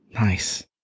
Nice